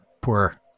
poor